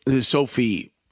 Sophie